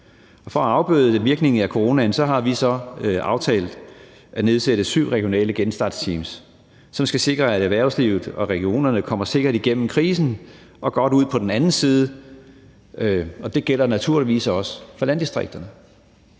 For at afbøde virkningen af coronaen har vi så aftalt at nedsætte syv regionale genstartsteams, som skal sikre, at erhvervslivet og regionerne kommer sikkert igennem krisen og godt ud på den anden side, og det gælder naturligvis også for landdistrikterne.